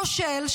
כושל,